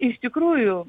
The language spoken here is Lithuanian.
iš tikrųjų